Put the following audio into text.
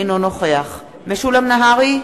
אינו נוכח משולם נהרי,